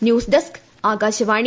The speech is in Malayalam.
news desk Akashvani